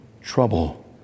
trouble